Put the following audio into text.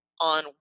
on